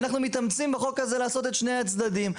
אנחנו מתאמצים בחוק הזה לעשות את שני הצדדים.